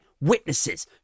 witnesses